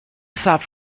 صبر